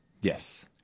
Yes